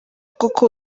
koko